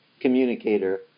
communicator